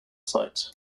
site